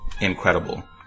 Incredible